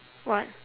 what